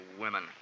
women